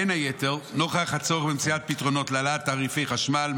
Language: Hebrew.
בין היתר נוכח הצורך במציאת פתרונות להעלאת תעריפי החשמל,